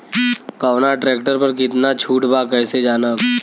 कवना ट्रेक्टर पर कितना छूट बा कैसे जानब?